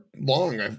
long